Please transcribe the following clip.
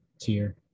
tier